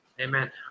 Amen